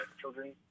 children